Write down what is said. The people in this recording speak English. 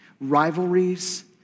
rivalries